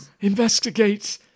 investigate